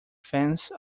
fence